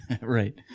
Right